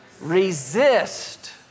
Resist